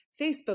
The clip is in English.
Facebook